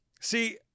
see